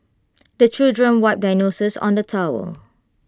the children wipe their noses on the towel